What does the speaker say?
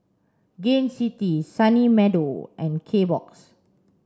Gain City Sunny Meadow and Kbox